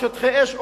או שטחי אש,